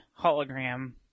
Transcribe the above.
hologram